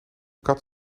kat